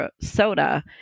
soda